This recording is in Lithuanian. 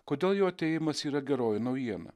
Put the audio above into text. kodėl jo atėjimas yra geroji naujiena